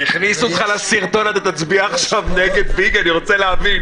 את הישיבה ואני רוצה להודיע